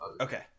Okay